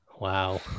Wow